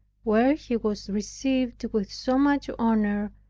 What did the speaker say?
where he was received with so much honor,